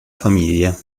famiglia